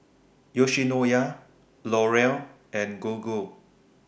Yoshinoya L'Oreal and Gogo